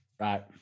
right